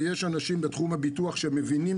ויש אנשים בתחום הביטוח שמבינים